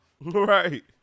Right